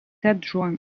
adjoint